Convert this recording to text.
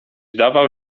dawał